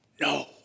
No